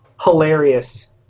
hilarious